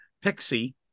Pixie